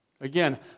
Again